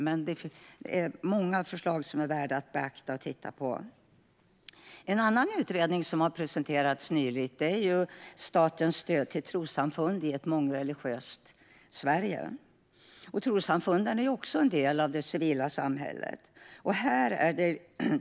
Det är många förslag som är värda att beakta. En annan utredning som har presenterats nyligen är Statens stöd till trossamfund i ett mångreligiöst Sverige . Trossamfunden är också en del av civilsamhället.